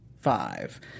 five